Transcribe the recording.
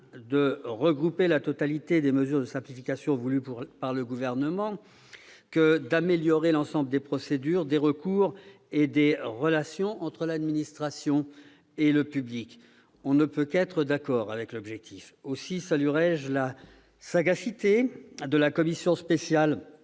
de regrouper la totalité des mesures de simplification voulues par le Gouvernement que d'améliorer l'ensemble des procédures, des recours et des relations entre l'administration et le public. On ne peut qu'être d'accord avec cet objectif. Aussi saluerai-je la sagacité de la commission spéciale